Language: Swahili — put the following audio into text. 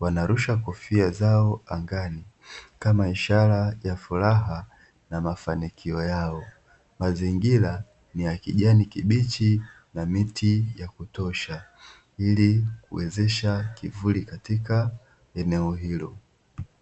Wanarusha kofia zao angani kama ishara ya furaha na mafanikio yao. Mazingira ni ya kijani kibichi na miti ya kutosha ili kuwezesha kivuli katika eneo hilo.